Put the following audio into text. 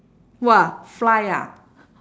!wah! fly ah